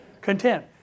Content